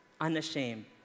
unashamed